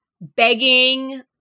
Begging